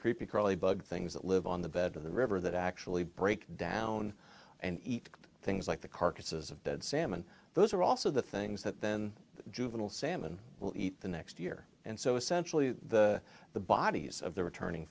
creepy crawly bug things that live on the bed of the river that actually break down and eat things like the carcasses of dead salmon those are also the things that then the juvenile salmon will eat the next year and so essentially the the bodies of the returning